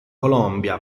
colombia